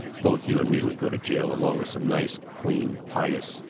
both you and me would go to jail, along with some nice, clean, pious,